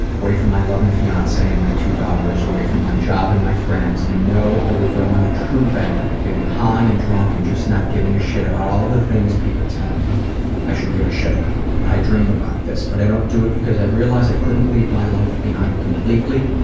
away from my loving finance and two daughters, away from my job and my friends. i know i would go on a true bender getting high and drunk and just not giving a shit about all the things people tell me i should give a shit about. i dream about this but i don't do it because i realize i couldn't leave my life behind completely.